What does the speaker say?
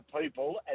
people